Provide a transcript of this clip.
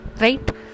right